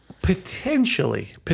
Potentially